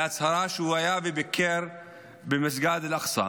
בהצהרה שהוא היה וביקר במסגד אל-אקצא.